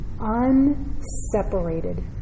unseparated